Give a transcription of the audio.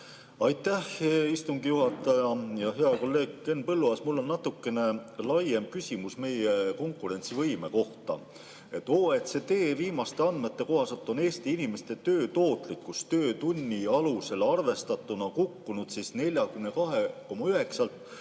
Aitäh, istungi juhataja! Hea kolleeg Henn Põlluaas! Mul on natukene laiem küsimus meie konkurentsivõime kohta. OECD viimaste andmete kohaselt on Eesti inimeste töö tootlikkus töötunni alusel arvestatuna kukkunud 42,9